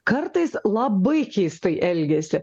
kartais labai keistai elgiasi